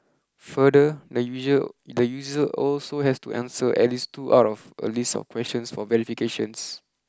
further the the user also has to answer at least two out of a list of questions for verification